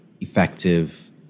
effective